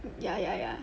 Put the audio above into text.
ya ya ya